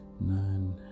nine